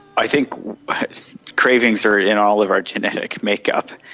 i think cravings are in all of our genetic make-up,